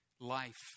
life